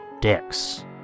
dicks